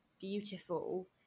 beautiful